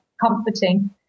comforting